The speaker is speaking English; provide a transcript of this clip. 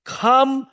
come